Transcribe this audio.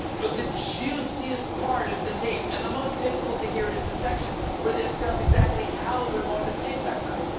but the juiciest part of the tape, and the most difficult to hear, is this section where they discuss exactly how they're going to pay pecker.